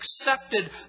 accepted